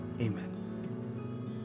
Amen